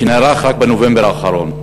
שנערך רק בנובמבר האחרון,